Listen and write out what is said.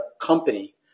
company